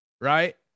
Right